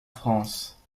france